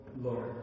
Lord